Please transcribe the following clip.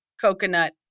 coconut